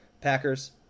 Packers